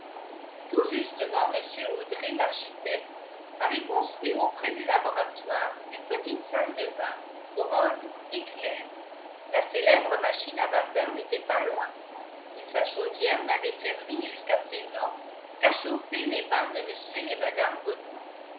tout justement mr audret l'architecte avait construit auprès du laboratoire une petite salle de bain commode et claire la célèbre machine à vapeur n'était pas loin et sa chaudière n'avait servi jusqu'à présent qu'à chauffer les bains de mr et mme renault